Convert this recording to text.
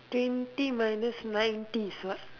twenty minus ninety is what